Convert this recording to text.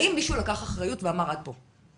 האם מישהו לקח אחריות ואמר, עד פה?